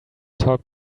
talk